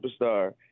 superstar